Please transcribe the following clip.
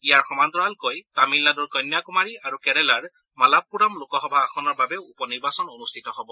ইয়াৰ সমান্তৰালকৈ তামিলনাডুৰ কণ্যাকুমাৰী আৰু কেৰালাৰ মালাপ্পুৰম লোকসভা আসনৰ বাবেও উপনিৰ্বাচন অনুষ্ঠিত হব